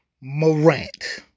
Morant